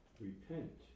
repent